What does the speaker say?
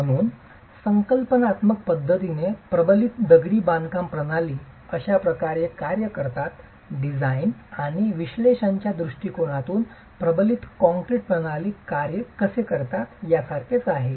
म्हणून संकल्पनात्मक पद्धतीने प्रबलित दगडी बांधकाम प्रणाली कशा प्रकारे कार्य करतात डिझाइन आणि विश्लेषणाच्या दृष्टीकोनातून प्रबलित कंक्रीट प्रणाली कार्य कसे करतात यासारखेच आहे